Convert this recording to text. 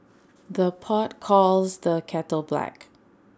the pot calls the kettle black